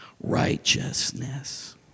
righteousness